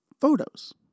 photos